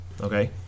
okay